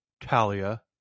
Talia